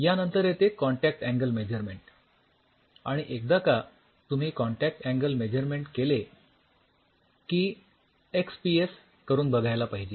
यानंतर येते contact angle measurement आणि एकदा का तुम्ही कॉन्टॅक्ट अँगल मेझरमेन्ट केले की एक्सपीएस करून बघायला पाहिजे